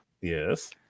Yes